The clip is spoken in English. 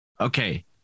Okay